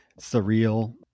Surreal